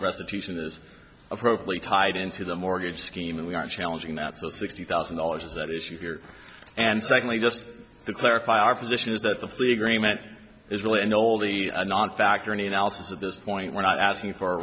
restitution is appropriate tied into the mortgage scheme and we are challenging that the sixty thousand dollars that issue here and secondly just to clarify our position is that the plea agreement is really an oldie a non factor an analysis at this point we're not asking for